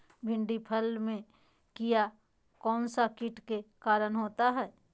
भिंडी फल में किया कौन सा किट के कारण होता है?